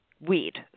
weed